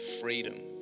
freedom